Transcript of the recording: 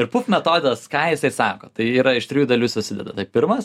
ir metodas ką jisai sako tai yra iš trijų dalių susideda tai pirmas